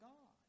God